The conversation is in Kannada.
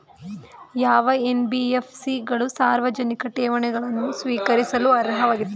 ಯಾವ ಎನ್.ಬಿ.ಎಫ್.ಸಿ ಗಳು ಸಾರ್ವಜನಿಕ ಠೇವಣಿಗಳನ್ನು ಸ್ವೀಕರಿಸಲು ಅರ್ಹವಾಗಿವೆ?